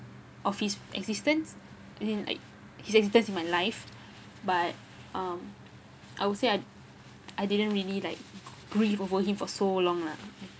of his existence and then like his existence in my life but um I would say I I didn't really like grieve over him for so long lah